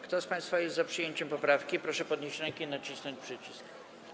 Kto z państwa jest za przyjęciem poprawki, proszę podnieść rękę i nacisnąć przycisk.